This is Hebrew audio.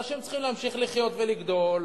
צריכים להמשיך לחיות ולגדול,